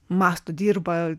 mąsto dirba